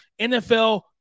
NFL